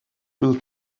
will